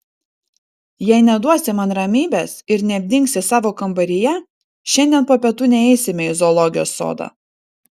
jei neduosi man ramybės ir nedingsi savo kambaryje šiandien po pietų neisime į zoologijos sodą